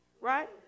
right